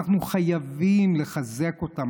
אנחנו חייבים לחזק אותם.